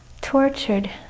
tortured